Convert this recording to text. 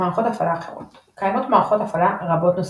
מערכות הפעלה אחרות קיימות מערכות הפעלה רבות נוספות.